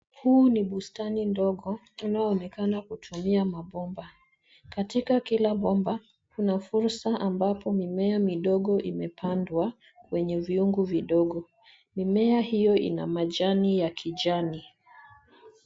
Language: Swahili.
Huu ni bustani ndogo uanaoonekana kutumia mabomba. Katika kila bomba, kuna fursa ambapo mimea midogo imepandwa kwenye vyungu vidogo. Mimea hiyo ina majani ya kijani.